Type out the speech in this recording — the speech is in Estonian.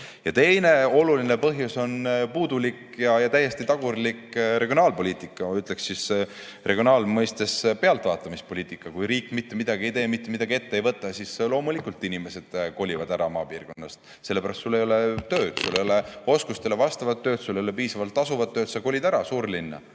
Teine oluline põhjus on puudulik ja täiesti tagurlik regionaalpoliitika. Ma ütleksin, et see on regionaalmõistes pealtvaatamise poliitika. Kui riik mitte midagi ei tee, mitte midagi ette ei võta, siis loomulikult inimesed kolivad maapiirkonnast ära, sellepärast et sul ei ole tööd – sul ei ole oskustele vastavat tööd, sul ei ole piisavalt tasuvat tööd. Kolitakse ära suurlinna